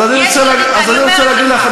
אז אני רוצה להגיד לך,